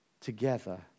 together